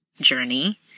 journey